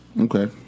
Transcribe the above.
Okay